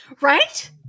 Right